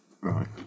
Right